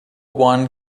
one